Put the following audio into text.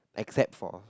except for